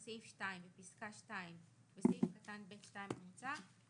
בסעיף 2 בפסקה (2) בסעיף קטן (ב)(2) המוצע,